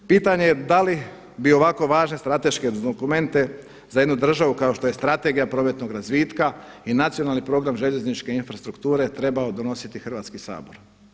Pitanje je da li bi ovako važne strateške dokumente za jednu državu kao što je Strategija prometnog razvitka i Nacionalni prijedlog željezničke infrastrukture trebao donositi Hrvatski sabor.